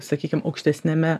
sakykim aukštesniame